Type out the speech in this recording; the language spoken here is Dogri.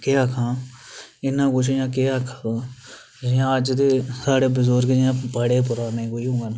केह् आक्खां इन्ना कुछ केह् आक्खो जि'यां अज्ज दे साढ़े बजुर्ग आक्खो बड़े पराने न